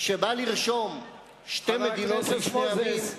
שבא לרשום שתי מדינות לשני עמים,